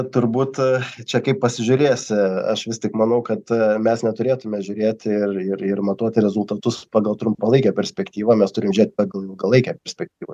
turbūt čia kaip pasižiūrėsi aš vis tik manau kad mes neturėtume žiūrėti ir ir ir matuoti rezultatus pagal trumpalaikę perspektyvą mes turim žiūrėt pagal ilgalaikę perspektyvą